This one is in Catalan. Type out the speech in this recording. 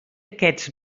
aquests